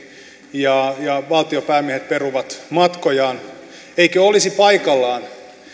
ja valtionpäämiehet peruvat matkojaan eikö olisi paikallaan